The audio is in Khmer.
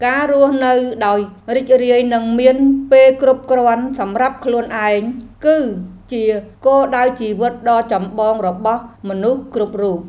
ការរស់នៅដោយរីករាយនិងមានពេលគ្រប់គ្រាន់សម្រាប់ខ្លួនឯង គឺជាគោលដៅជីវិតដ៏ចម្បងរបស់មនុស្សគ្រប់រូប។